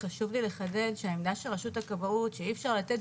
חשוב לי לחדד שהעמדה של רשות הכבאות שאי אפשר לתת